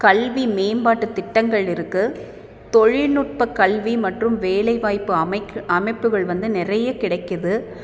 கல்வி மேம்பாட்டுத் திட்டங்கள் இருக்குது தொழில்நுட்பக்கல்வி மற்றும் வேலைவாய்ப்பு அமைக்க அமைப்புகள் வந்து நிறைய கிடைக்கிது